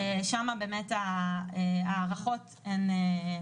שמה באמת ההארכות הן,